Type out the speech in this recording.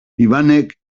ivanek